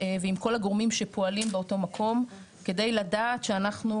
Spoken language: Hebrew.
ועם כל הגורמים שפועלים באותו מקום כדי לדעת שאנחנו